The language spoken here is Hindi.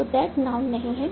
तो दैट नाउन नहीं है